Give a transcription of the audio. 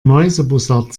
mäusebussard